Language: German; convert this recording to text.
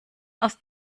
aus